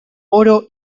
oro